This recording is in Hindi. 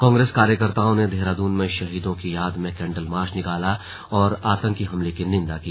कांग्रेस कार्यकर्ताओं ने देहराद्न में शहीदों की याद में कैंडल मार्च निकाला और आतंकी हमले की निदा की